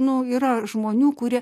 nu yra žmonių kurie